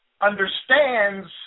understands